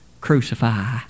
crucify